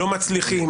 לא מצליחים,